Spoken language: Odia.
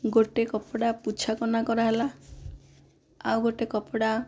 ଗୋଟିଏ କପଡ଼ା ପୁଛା କନା କରାହେଲା ଆଉ ଗୋଟିଏ କପଡ଼ା